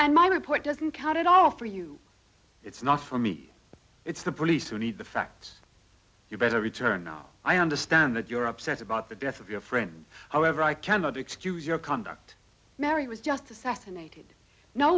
and my report doesn't count at all for you it's not for me it's the police who need the facts you better return now i understand that you're upset about the death of your friend however i cannot excuse your conduct mary was just